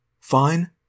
Fine